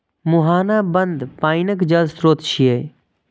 मुहाना बंद पानिक जल स्रोत छियै